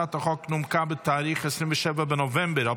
הצעת החוק נומקה בתאריך 27 בנובמבר 2024,